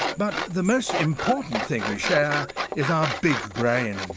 but the most important thing we share is our big brain.